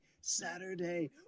Saturday